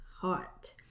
hot